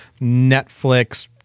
Netflix